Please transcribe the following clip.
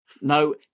No